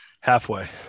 Halfway